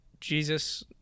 Jesus